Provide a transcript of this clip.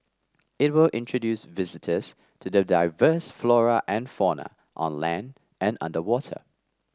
it will introduce visitors to the diverse flora and fauna on land and underwater